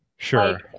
Sure